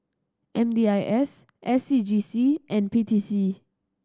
M D I S S C G C and P T C